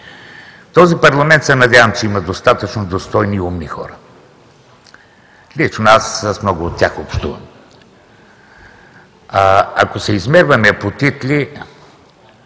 този парламент се надявам, че има достатъчно достойни и умни хора. Лично аз с много от тях общувам. Ако се измерваме по титли,